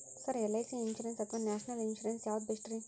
Sir LIC insurance ಅಥವಾ national insurance ಯಾವುದು ಬೆಸ್ಟ್ರಿ?